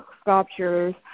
sculptures